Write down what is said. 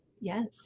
Yes